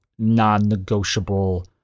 non-negotiable